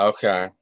Okay